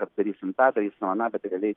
mes darysim tą darysim aną bet realiai